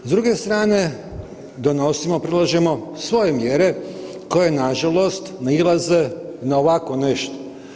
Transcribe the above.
S druge strane, donosimo, predlažemo svoje mjere koje nažalost nailaze na ovako nešto.